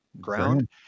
ground